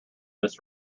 this